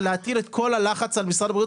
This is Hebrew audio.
ולהטיל את כל הלחץ על משרד הבריאות,